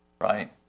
Right